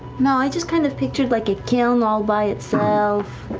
no, i just kind of pictured like a kiln all by itself.